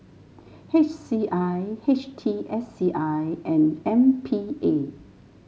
H C I H T S C I and M P A